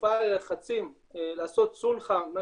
יופעלו עליה לחצים לעשות סולחה בין